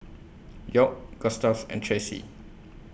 York Gustave and Tressie